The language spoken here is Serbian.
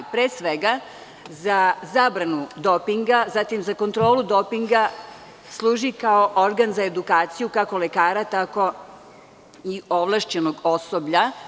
Pre svega, za zabranu dopinga, zatim za kontrolu dopinga, služi kao organ za edukaciju kako lekara tako i ovlašćenog osoblja.